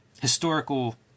historical